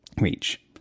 reach